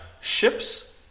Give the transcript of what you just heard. ships